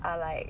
are like